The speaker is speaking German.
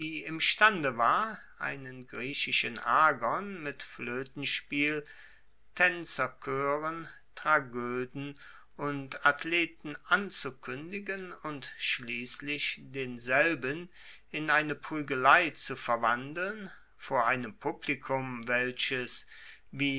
imstande war einen griechischen agon mit floetenspiel taenzerchoeren tragoeden und athleten anzukuendigen und schliesslich denselben in eine pruegelei zu verwandeln vor einem publikum welches wie